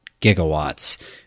gigawatts